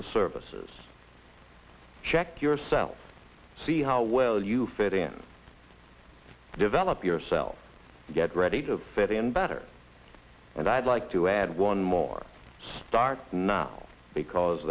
the services check yourself see how well you fit in develop yourself get ready to fit in better and i'd like to add one more start now because